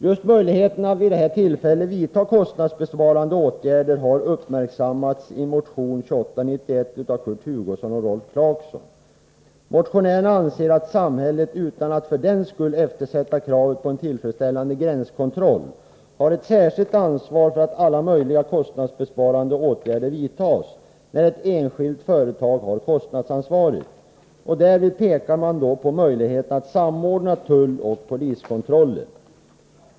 Just möjligheten att vid det här tillfället vidta kostnadsbesparande åtgärder har uppmärksammats i motion 2891 av Kurt Hugosson och Rolf Clarkson. Motionärerna anser att samhället, utan att för den skull eftersätta kravet på en tillfredsställande gränskontroll, har ett särskilt ansvar för att alla möjliga kostnadsbesparande åtgärder vidtas när ett enskilt företag har kostnadsansvaret. Därvid pekar man på möjligheterna att samordna tulloch poliskontrollen.